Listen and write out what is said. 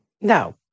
No